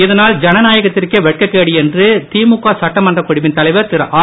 இதனால் ஜனநாயகத்திற்கே வெட்கக்கேடு என்று திழுக சட்டமன்றக்குழவின் தலைவர் திரு ஆர்